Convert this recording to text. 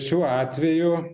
šiuo atveju